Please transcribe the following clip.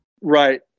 Right